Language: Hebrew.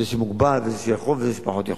זה שמוגבל וזה שיכול וזה שפחות יכול.